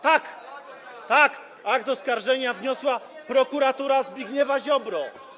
Tak, tak, akt oskarżenia wniosła prokuratura Zbigniewa Ziobry.